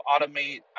automate